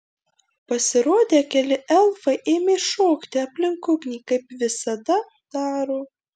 pasirodę keli elfai ėmė šokti aplink ugnį kaip visada daro